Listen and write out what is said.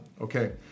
Okay